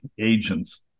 agents